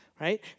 right